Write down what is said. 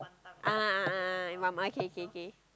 ah ah ah ah ah mom okay K K K